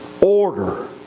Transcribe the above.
order